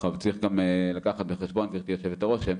צריך גם לקחת בחשבון, גברתי יושבת הראש,